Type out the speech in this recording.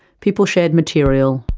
people shared material,